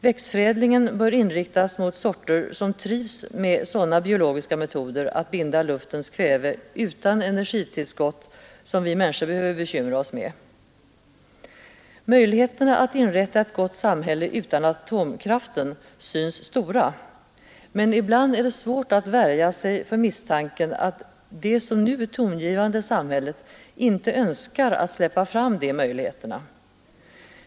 Växtförädlingen bör inriktas mot växtsorter som trivs med sådana biologiska metoder att binda luftens kväve utan av människan framtaget energitillskott. Möjligheterna att inrätta ett gott samhälle utan atomkraften synes stora, men ibland är det svårt att värja sig för misstanken att de som nu är tongivande i samhället inte önskar släppa fram de möjligheterna.